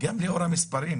גם לאור המספרים